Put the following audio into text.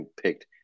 picked